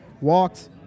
walked